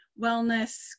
wellness